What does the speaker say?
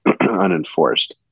unenforced